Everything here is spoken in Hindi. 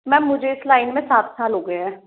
मैम मुझे इस लाइन में सात साल हो गए हैं